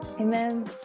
Amen